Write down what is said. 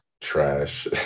trash